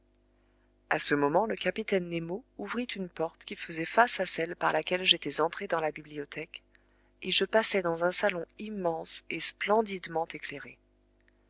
a ce moment le capitaine nemo ouvrit une porte qui faisait face à celle par laquelle j'étais entré dans la bibliothèque et je passai dans un salon immense et splendidement éclairé